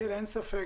אין ספק.